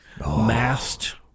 masked